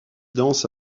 danse